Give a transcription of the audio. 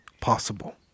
possible